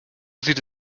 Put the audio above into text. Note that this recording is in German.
sieht